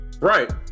Right